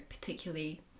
particularly